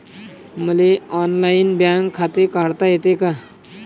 मले online bank खाते काढता येते का?